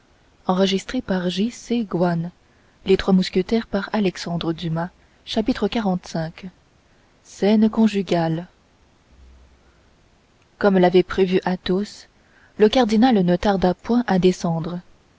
chapitre xlv scène conjugale comme l'avait prévu athos le cardinal ne tarda point à descendre